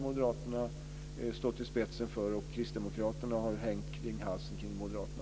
Moderaterna har gått i spetsen för det och Kristdemokraterna har hängt om halsen på Moderaterna.